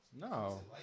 No